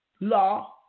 Law